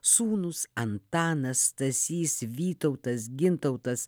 sūnūs antanas stasys vytautas gintautas